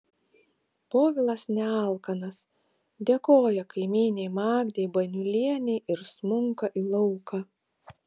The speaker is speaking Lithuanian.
povilas nealkanas dėkoja kaimynei magdei baniulienei ir smunka į lauką